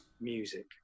music